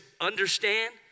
understand